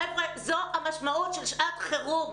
חבר'ה, זו המשמעות של שעת חירום.